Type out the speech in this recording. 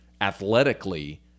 athletically